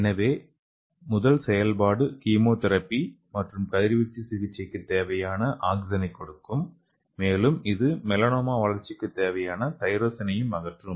எனவே முதல் செயல்பாடு கீமோதெரபி மற்றும் கதிர்வீச்சு சிகிச்சைக்கு தேவையான ஆக்ஸிஜனைக் கொடுக்கும் மேலும் இது மெலனோமா வளர்ச்சிக்குத் தேவையான டைரோசினையும் அகற்றும்